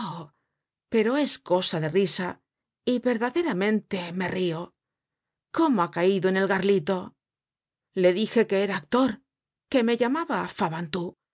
pero es cosa de risa y verdaderamente me rio cómo ha caido en el garlito le dije que era actor que me llamaba fabantou que